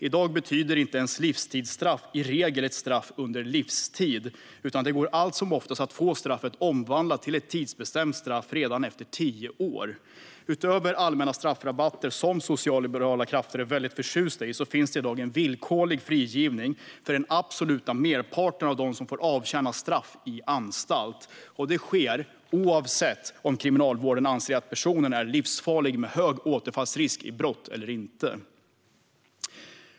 I dag betyder inte ens livstidsstraff i regel ett straff på livstid, utan det går allt som oftast att få straffet omvandlat till ett tidsbestämt straff redan efter tio år. Utöver allmänna straffrabatter, som socialliberala krafter är väldigt förtjusta i, finns det i dag en villkorlig frigivning för den absoluta merparten av dem som får avtjäna ett straff i anstalt. Och det sker oavsett om kriminalvården anser att personen är livsfarlig, med hög risk att återfalla i brott, eller inte.